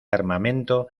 armamento